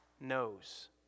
knows